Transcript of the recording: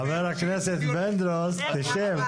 חבר הכנסת פינדרוס, תשב.